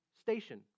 station